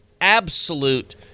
absolute